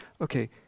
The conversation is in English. okay